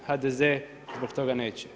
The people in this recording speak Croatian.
HDZ zbog toga neće.